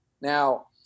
Now